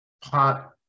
pot